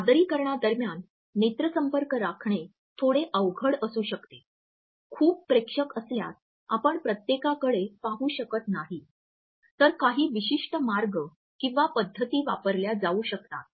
सादरीकरणादरम्यान नेत्रसंपर्क राखणे थोडे अवघड असू शकते खूप प्रेक्षक असल्यास आपण प्रत्येकाकडे पाहू शकत नाही तर काही विशिष्ट मार्ग किंवा पद्धती वापरल्या जाऊ शकतात